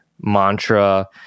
mantra